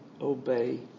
obey